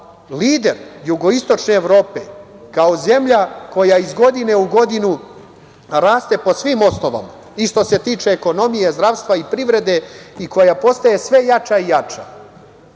lider jugoistočne Evrope, kao zemlja koja iz godine u godinu raste po svim osnovama i što se tiče ekonomije, zdravstva i privrede i koja postaje sve jača i jača,